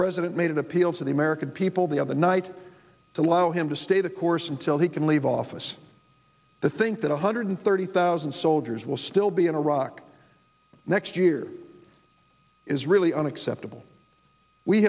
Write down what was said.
president made an appeal to the american people the other night to allow him to stay the course until he can leave office to think that one hundred thirty thousand soldiers will still be in iraq next year is really unacceptable we